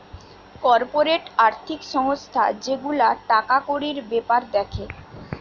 corporate আর্থিক সংস্থা যে গুলা টাকা কড়ির বেপার দ্যাখে